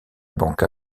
banque